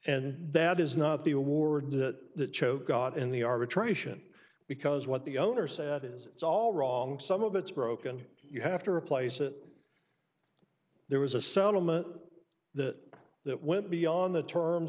and that is not the award that the choke got in the arbitration because what the owner said is it's all wrong some of it's broken you have to replace it there was a settlement that that went beyond the terms